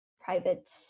private